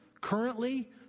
Currently